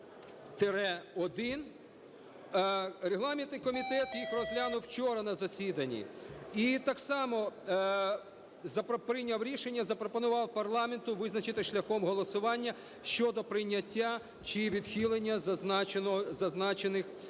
1008-П1, - регламентний комітет їх розглянув вчора на засіданні і так само прийняв рішення: запропонував парламенту визначитись шляхом голосування щодо прийняття чи відхилення зазначених